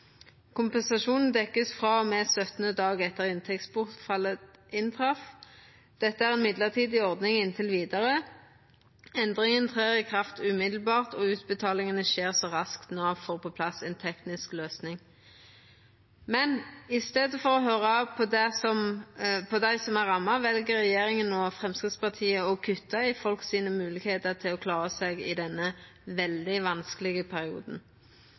Kompensasjonen dekkes fra og med 17. dag etter at inntektsbortfallet inntraff. Dette er en midlertidig ordning inntil videre. Endringen trer i kraft umiddelbart og utbetalingene skjer så raskt Nav får på plass en teknisk løsning.» Men i staden for å høyra på dei som er ramma, vel regjeringa og Framstegspartiet å kutta i folk sine moglegheiter til å klara seg i denne veldig vanskelege perioden.